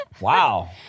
Wow